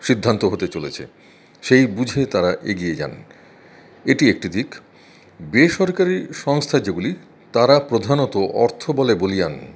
সিদ্ধান্ত হতে চলেছে সেই বুঝে তারা এগিয়ে যান এটি একটি দিক বেসরকারি সংস্থা যেগুলি তারা প্রধানত অর্থবলে বলীয়ান